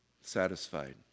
satisfied